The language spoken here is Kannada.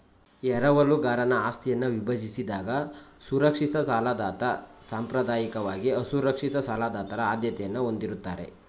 ಎರವಲುಗಾರನ ಆಸ್ತಿಯನ್ನ ವಿಭಜಿಸಿದಾಗ ಸುರಕ್ಷಿತ ಸಾಲದಾತ ಸಾಂಪ್ರದಾಯಿಕವಾಗಿ ಅಸುರಕ್ಷಿತ ಸಾಲದಾತರ ಆದ್ಯತೆಯನ್ನ ಹೊಂದಿರುತ್ತಾರೆ